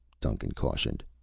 duncan cautioned.